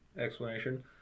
explanation